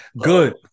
Good